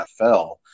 NFL